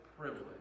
privilege